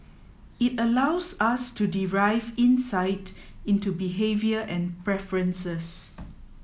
it allows us to derive insight into behaviour and preferences